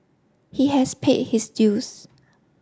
he has paid his dues